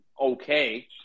okay